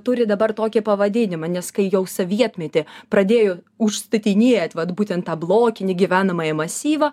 turi dabar tokį pavadinimą nes kai jau sovietmety pradėjo užstatiniet vat būtent tą blokinį gyvenamąjį masyvą